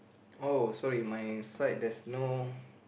oh sorry my side there's no